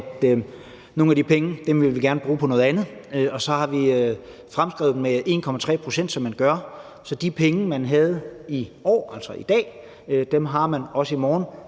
nogle af de penge vil vi gerne bruge på noget andet, og så har vi fremskrevet dem med 1,3 pct., som man gør, så de penge, man havde i år, altså i dag, har man også i morgen